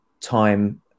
time